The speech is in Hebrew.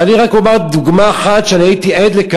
ואני רק אתן דוגמה אחת שאני הייתי עד לה,